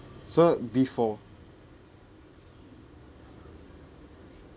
so before